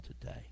today